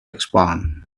expand